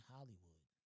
Hollywood